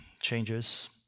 changes